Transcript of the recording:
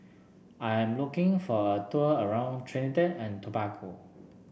I'm looking for a tour around Trinidad and Tobago